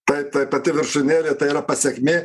taip taip pati viršūnėlė tai yra pasekmė